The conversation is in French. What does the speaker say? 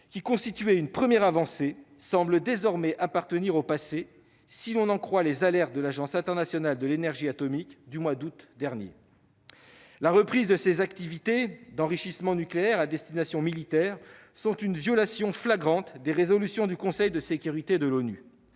qui constituait une première avancée, semble désormais appartenir au passé si l'on en croit les alertes émises par l'Agence internationale de l'énergie atomique au mois d'août dernier. La reprise de ces activités d'enrichissement nucléaire à destination militaire constitue une violation flagrante des résolutions du Conseil de sécurité de l'ONU